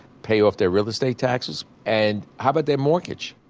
pay off their real estate taxes, and how about their mortgage?